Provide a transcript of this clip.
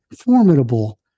formidable